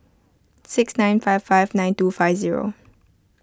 six nine five five nine two five zero